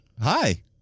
hi